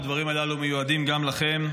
הדברים הללו מיועדים גם לכם,